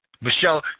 Michelle